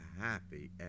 happy